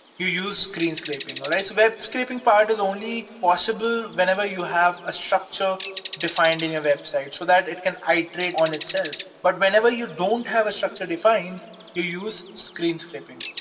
you use screen scraping, alright? so web scraping part is only possible whenever you have a structure defined in your website, so that it can iterate on itself. but whenever you don't have a structure defined you use screen scraping,